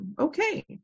okay